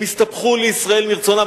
הם הסתפחו לישראל מרצונם,